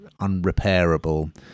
unrepairable